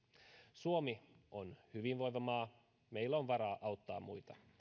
suomi on hyvinvoiva maa meillä on varaa auttaa muita